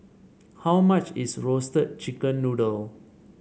how much is Roasted Chicken Noodle